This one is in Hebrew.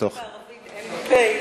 כמו שבערבית אין פ"א.